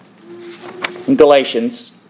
Galatians